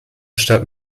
stadt